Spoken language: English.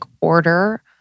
order